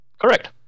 Correct